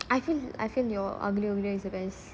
I feel I feel your aglio olio is the best